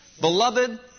beloved